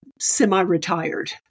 semi-retired